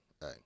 hey